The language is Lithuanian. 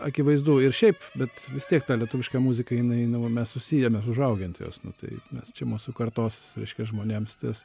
akivaizdu ir šiaip bet vis tiek ta lietuviška muzika jinai nu mes susiję mes užaugę ant jos nu tai mes čia mūsų kartos reiškia žmonėms tas